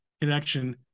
connection